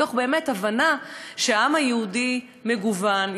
באמת מתוך הבנה שהעם היהודי מגוון,